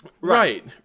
Right